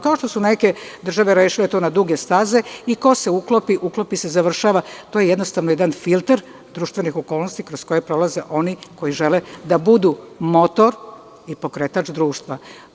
Kao što su neke države rešile to na duge staze i ko se uklopi, uklopi se i završava i to je jedan filter društvenih okolnosti kroz koje prolaze oni koji žele da budu motor i pokretač društva.